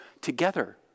together